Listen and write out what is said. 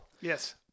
yes